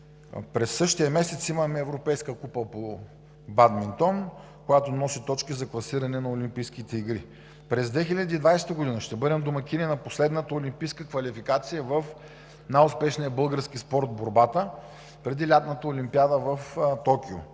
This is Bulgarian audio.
През същия месец имаме Европейска купа по бадминтон, която носи точки за класиране на Олимпийските игри. През 2020 г. ще бъдем домакин на последната олимпийска квалификация в най-успешния български спорт – борбата, преди лятната Олимпиада в Токио.